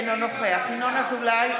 אינו נוכח ינון אזולאי,